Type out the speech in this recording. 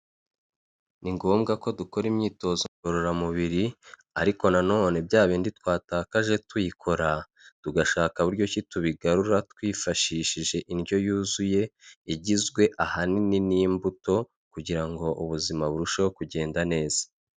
Ni ngombwa ko dukora imyitozo ngororamubiri, ariko nanone bya bindi twatakaje tuyikora, tugashaka uburyo ki tubigarura twifashishije indyo yuzuye igizwe ahanini n'imbuto, kugira ngo ubuzima burusheho kugenda neza.